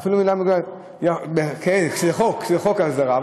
אפילו מילה מגונה, זה חוק ההסדרה.